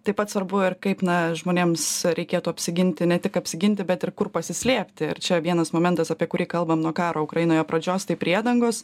taip pat svarbu ir kaip na žmonėms reikėtų apsiginti ne tik apsiginti bet ir kur pasislėpti ir čia vienas momentas apie kurį kalbam nuo karo ukrainoje pradžios tai priedangos